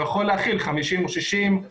הוא יכול להכיל 50 או 60 אנשים,